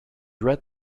read